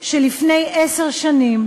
שלפני עשר שנים